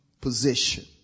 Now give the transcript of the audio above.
position